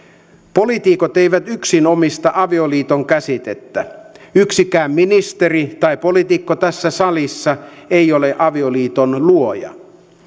poliitikot eivät yksin omista avioliiton käsitettä yksikään ministeri tai poliitikko tässä salissa ei ole avioliiton luoja